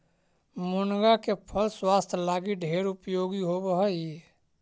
मुनगा के फल स्वास्थ्य लागी ढेर उपयोगी होब हई